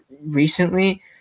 recently